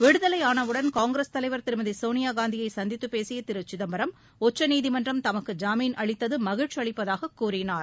விடுதலையானவுடன் காங்கிரஸ் தலைவர் திருமதி சோனியா காந்தியை சந்தித்துப் பேசிய திரு சிதம்பரம் உச்சநீதிமன்றம் தமக்கு ஜாமீன் அளித்தது மகிழ்ச்சி அளிப்பதாக கூறினார்